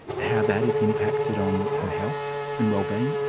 how that has impacted on her health and wellbeing?